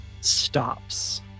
stops